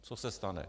Co se stane?